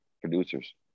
producers